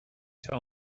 tell